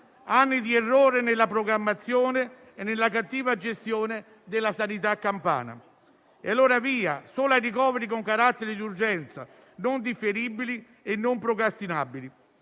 anni di errori nella programmazione e nella cattiva gestione della sanità campana. E allora via solo ai ricoveri con carattere di urgenza, non differibili e non procrastinabili;